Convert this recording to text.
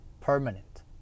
permanent